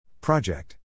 Project